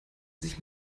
sich